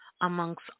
amongst